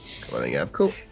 Cool